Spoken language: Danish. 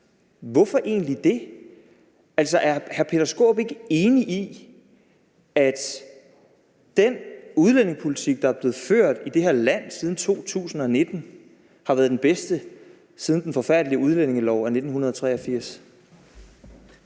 Hvorfor egentlig det? Er hr. Peter Skaarup ikke enig i, at den udlændingepolitik, der er blevet ført i det her land siden 2019, har været den bedste siden den forfærdelige udlændingelov af 1983?